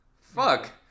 fuck